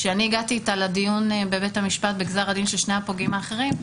כשאני הגעתי איתה לדיון בבית המשפט בגזר הדין של שני הפוגעים האחרים,